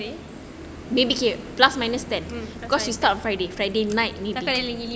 siapa yang leaving lima